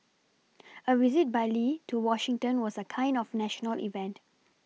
a visit by Lee to Washington was a kind of national event